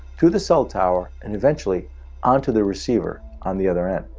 to the cell tower, and eventually onto the receiver on the other end.